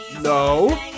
no